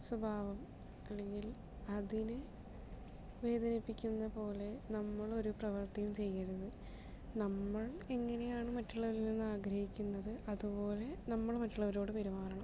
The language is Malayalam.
സ്വഭാവം അല്ലെങ്കിൽ അതിന് വേദനിപ്പിക്കുന്ന പോലെ നമ്മൾ ഒരു പ്രവർത്തിയും ചെയ്യരുത് നമ്മൾ എങ്ങനെയാണ് മറ്റുള്ളവരിൽ നിന്ന് ആഗ്രഹിക്കുന്നത് അതുപോലെ നമ്മൾ മറ്റുള്ളവരോട് പെരുമാറണം